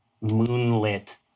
moonlit